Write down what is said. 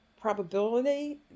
probability